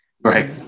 Right